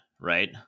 right